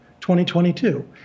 2022